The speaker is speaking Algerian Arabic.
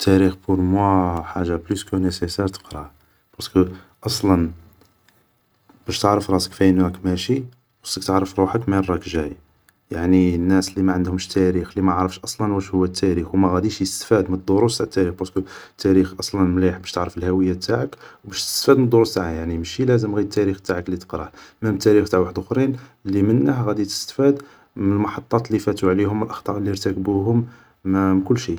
التاريخ بور موا حاجة بلوس كو نيسيسار تقراه, بارسكو أصلا باش تعرف راسك فاين راك ماشي, خصك تعرف روحك ماين راك جاي, يعني الناس اللي ما عندهمش تاريخ, اللي ما عارفش أصلا واش هو التاريخ و مغاديش يستفاد من الدروس تاع التاريخ, بارسكو التاريخ أصلا مليح باش تعرف الهوية تاعك و باش تستفاد من الدروس تاعه, يعني ماشي لازم غي التاريخ تاعك اللي تقراه, مام تاريخ تاع وحدخرين لي منه غادي تستفاد من المحطات اللي فاتو عليهم و الاخطاء اللي رتكبوهم, م كلشي